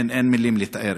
אין מילים לתאר.